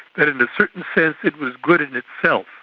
that in a certain sense it was good in itself.